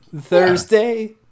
thursday